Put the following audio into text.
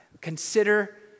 Consider